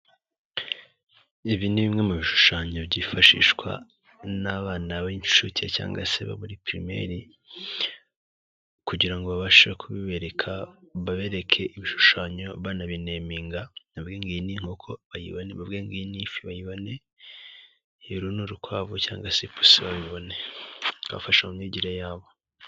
Ibi ni bimwe mu bishushanyo byifashishwa n'abana b'inshuke cyangwa se bo muri pirimeri, kugirango ngo babashe kubibereka, babereke ibishushanyo bana bineyiminga, bavuge ngo iyi ni inkoko bayibone, bavuge ngo iyi ni ifi bayibone, bavuge ngo uru ni urukwavu cyangwa se ipusi babibone bibafasha mu myigire yabo.